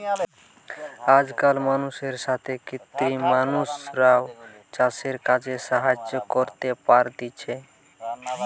আজকাল মানুষের সাথে কৃত্রিম মানুষরাও চাষের কাজে সাহায্য করতে পারতিছে